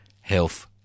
health